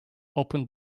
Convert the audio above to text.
opened